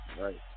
Right